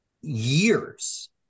years